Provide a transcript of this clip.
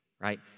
right